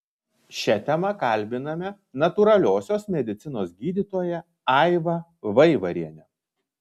šia tema kalbiname natūraliosios medicinos gydytoją aivą vaivarienę